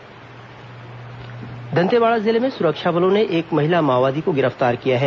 माओवादी गिरफ्तार दंतेवाड़ा जिले में सुरक्षा बलों ने एक महिला माओवादी को गिरफ्तार किया है